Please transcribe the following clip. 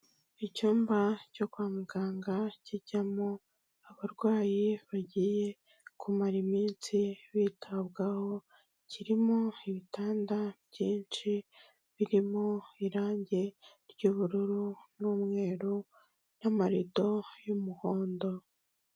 Icyumba cyo kwa muganga kijyamo abarwayi bagiye kumara iminsi bitabwaho, kirimo ibitanda byinshi birimo irangi ry'ubururu n'umweru n'amarido y'umuhondo.